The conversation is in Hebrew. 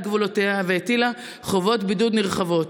גבולותיה והטילה חובות בידוד נרחבות.